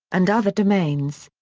and other domains.